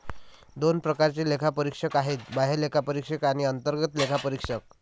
दोन प्रकारचे लेखापरीक्षक आहेत, बाह्य लेखापरीक्षक आणि अंतर्गत लेखापरीक्षक